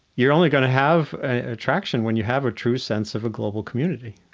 you're only going to have attraction when you have a true sense of a global community,